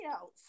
else